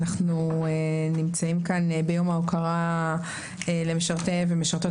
אנחנו נמצאים כאן ביום ההוקרה למשרתי ומשרתות